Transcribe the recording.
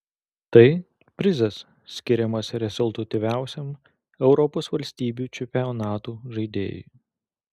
tai prizas skiriamas rezultatyviausiam europos valstybių čempionatų žaidėjui